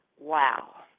wow